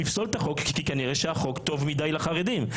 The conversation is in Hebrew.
הוא יפסול את החוק כי כנראה שהחוק טוב מדי לחרדים.